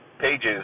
pages